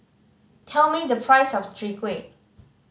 tell me the price of Chwee Kueh